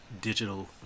digital